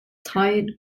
tired